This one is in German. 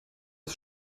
ist